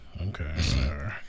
Okay